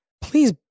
Please